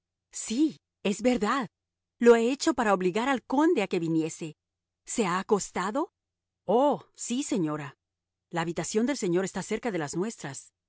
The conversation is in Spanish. sí es verdad lo he hecho para obligar al conde a que viniese se ha acostado oh sí señora la habitación del señor está cerca de las nuestras